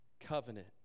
covenant